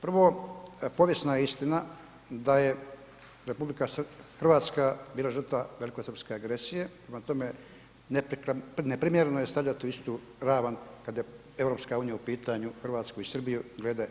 Prvo, povijesna je istina da je RH bila žrtva velikosrpske agresije, prema tome, ne primjereno je stavljati u istu ravan kad je EU u pitanju, RH i Srbiju glede